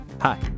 hi